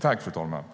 Fru talman!